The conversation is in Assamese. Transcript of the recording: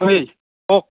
ঐ ক'